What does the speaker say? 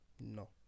no